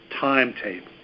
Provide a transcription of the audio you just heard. timetable